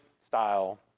style